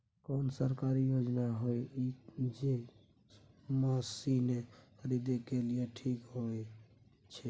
कोन सरकारी योजना होय इ जे मसीन खरीदे के लिए ठीक होय छै?